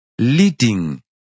leading